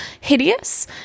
Hideous